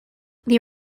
they